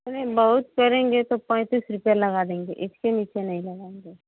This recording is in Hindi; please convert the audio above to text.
चलिए बहुत करेंगे तो पैंतीस रुपये लगा देंगे इसके नीचे नहीं लगाएंगे